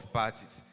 parties